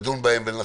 בגלל מה שאמרתי